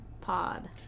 Pod